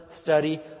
study